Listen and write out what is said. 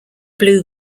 blue